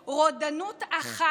רודנות אחת,